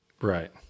Right